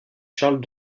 charles